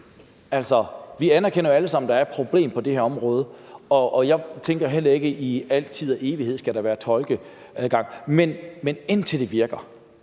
virker? Vi anerkender jo alle sammen, at der er et problem på det her område. Jeg tænker heller ikke, at der altid og i evighed skal være tolkeadgang. Men indtil det virker,